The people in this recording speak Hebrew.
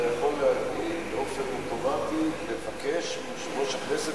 אתה יכול לבקש מיושב-ראש הכנסת,